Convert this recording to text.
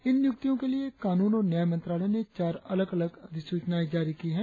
इन नियुक्तियों के लिए कानून और न्याय मंत्रालय ने चार अलग अलग अधिसूचनाएं जारी की हैं